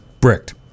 Bricked